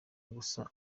gusa